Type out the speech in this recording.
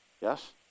Yes